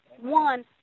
one